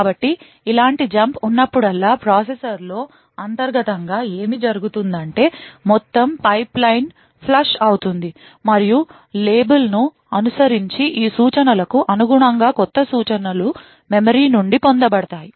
కాబట్టి ఇలాంటి జంప్ ఉన్నప్పుడల్లా ప్రాసెసర్లో అంతర్గతంగా ఏమి జరుగుతుందంటే మొత్తం పైప్లైన్ ఫ్లష్ అవుతుంది మరియు లేబుల్ను అనుసరించి ఈ సూచనలకు అనుగుణంగా కొత్త సూచనలు మెమరీ నుండి పొందబడతాయి